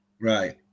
Right